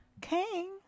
King